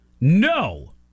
no